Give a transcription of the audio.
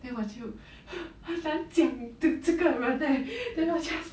then 我就很很难讲 to 这个人 leh then 我 just